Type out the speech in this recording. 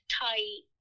tight